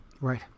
Right